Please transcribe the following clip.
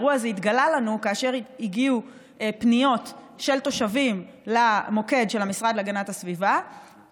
כאשר הגיעו פניות של תושבים למוקד של המשרד להגנת הסביבה,